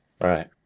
Right